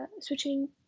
switching